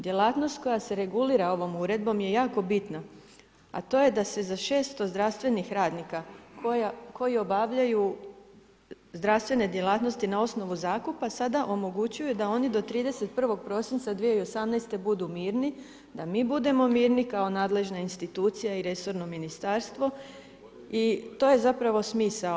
Djelatnost koja se regulira ovom uredbom je jako bitna, a to je da se za 600 zdravstvenih radnika koji obavljaju zdravstvene djelatnosti na osnovu zakupa sada omogućuju da oni do 31. prosinca 2018. budu mirni, da mi budemo mirni kao nadležna institucija i resorno ministarstvo i to je zapravo smisao.